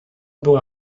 była